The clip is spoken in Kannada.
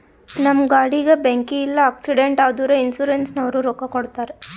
ನಮ್ ಗಾಡಿಗ ಬೆಂಕಿ ಇಲ್ಲ ಆಕ್ಸಿಡೆಂಟ್ ಆದುರ ಇನ್ಸೂರೆನ್ಸನವ್ರು ರೊಕ್ಕಾ ಕೊಡ್ತಾರ್